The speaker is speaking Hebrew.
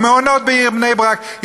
במעונות בעיר בני-ברק,